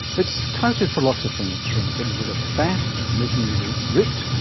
it's touted for lots of things, from getting rid of fat and making you look ripped,